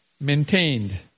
maintained